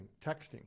Texting